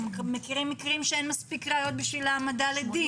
אנחנו מכירים מקרים שאין מספיק ראיות להעמדה לדין.